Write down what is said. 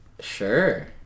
Sure